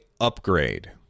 upgrade